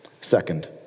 Second